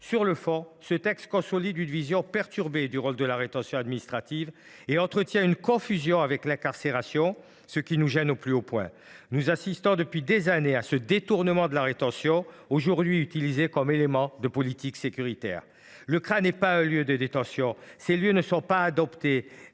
Sur le fond, ce texte consolide une vision perturbée du rôle de la rétention administrative et entretient une confusion entre celle ci et l’incarcération, ce qui nous gêne au plus haut point. Nous assistons depuis des années à ce détournement de la rétention, aujourd’hui utilisée comme élément de politique sécuritaire. Le CRA n’est pas un lieu de détention. Ces espaces ne sont pas faits